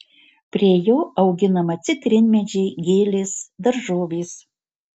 prie jo auginama citrinmedžiai gėlės daržovės